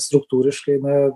struktūriškai na